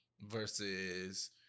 Versus